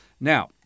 Now